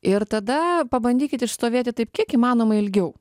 ir tada pabandykit išstovėti taip kiek įmanoma ilgiau